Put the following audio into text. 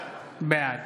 בעד